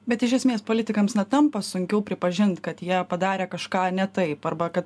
bet iš esmės politikams na tampa sunkiau pripažint kad jie padarė kažką ne taip arba kad